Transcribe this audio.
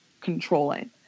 controlling